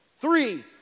Three